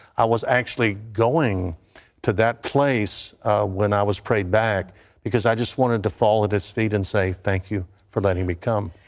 i was going to that place when i was prayed back because i just wanted to fall at his seat and say thank you for letting me come.